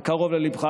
זה קרוב לליבך.